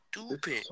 stupid